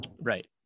Right